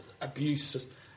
abuse